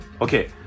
Okay